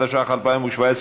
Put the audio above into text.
התשע"ח 2017,